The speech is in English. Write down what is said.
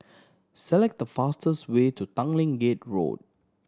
select the fastest way to Tanglin Gate Road